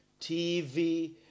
TV